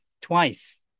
twice